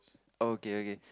okay okay